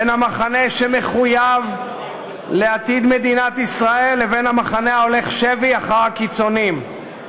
בין המחנה שמחויב לעתיד מדינת ישראל לבין המחנה ההולך שבי אחר הקיצונים,